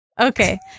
Okay